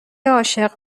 عاشق